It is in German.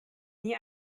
nie